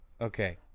Okay